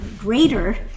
greater